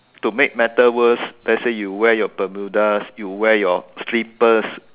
to make matter worse let's say you wear your Bermudas you wear your slippers